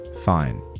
fine